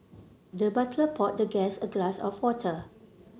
the butler poured the guest a glass of water